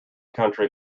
country